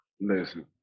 Listen